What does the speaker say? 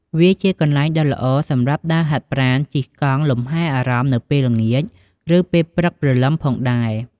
វាជាកន្លែងដ៏ល្អសម្រាប់ ដើរហាត់ប្រាណ ជិះកង់ លំហែអារម្មណ៍ នៅពេលល្ងាច ឬពេលព្រឹកព្រលឹមផងដែរ។